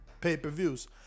pay-per-views